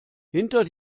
hinter